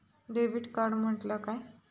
Debit card म्हटल्या काय?